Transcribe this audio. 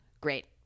Great